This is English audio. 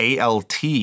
ALT